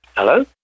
Hello